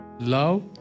Love